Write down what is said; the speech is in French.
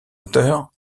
auteurs